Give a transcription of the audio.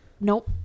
Nope